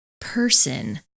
person